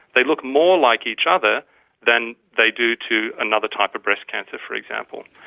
they look more like each other than they do to another type of breast cancer, for example.